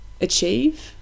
achieve